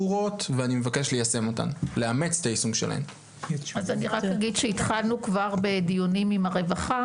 כך שלא באמת מחליטים בשבילן שעות עבודה,